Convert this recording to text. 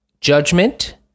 judgment